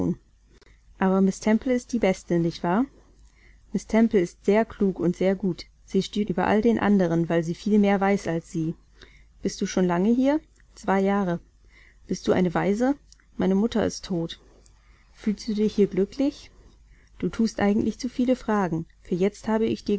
aber miß temple ist die beste nicht wahr miß temple ist sehr klug und sehr gut sie steht über all den anderen weil sie viel mehr weiß als sie bist du schon lange hier zwei jahre bist du eine waise meine mutter ist tot fühlst du dich hier glücklich du thust eigentlich zu viele fragen für jetzt habe ich